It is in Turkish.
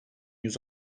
yüz